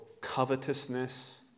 covetousness